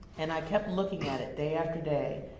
and i kept looking at it, day after day,